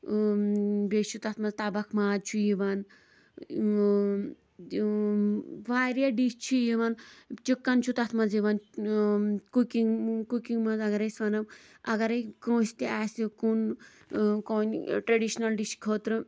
إں بیٚیہِ چھُ تتھ منٛز تبکھ ماز چھُ یِوان إں واریاہ ڈِش چھِ یِوان چِکن چھُ تتھ منٛز یِوان کُکِنگ کُکِنگ منٛز اگر أسۍ ونو اگرے کٲنٛسہِ تہِ آسہِ کُن کٕنۍ ٹرڈِشنل ڈِش خٲطرٕ